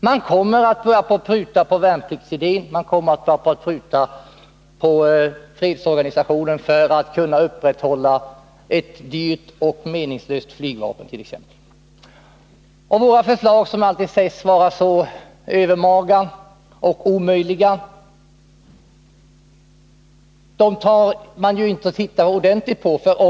Man kommer att få börja pruta på värnpliktsidén, man kommer att få börja pruta på fredsorganisationen för att kunna upprätthålla exempelvis ett dyrt och meningslöst flygvapen. Men våra förslag, som alltid sägs vara så övermaga och omöjliga, tittar man inte ordentligt på.